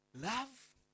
love